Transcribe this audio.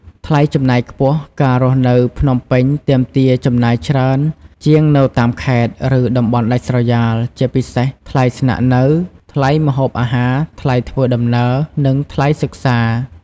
ថ្លៃចំណាយខ្ពស់ ការរស់នៅភ្នំពេញទាមទារចំណាយច្រើនជាងនៅតាមខេត្ត ឬតំបន់ដាច់ស្រយាល ជាពិសេសថ្លៃស្នាក់នៅ ថ្លៃម្ហូបអាហារ ថ្លៃធ្វើដំណើរ និងថ្លៃសិក្សា។